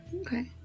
Okay